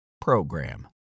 PROGRAM